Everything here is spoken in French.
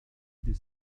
des